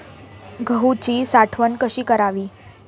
गहूची साठवण कशी करावी?